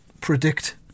predict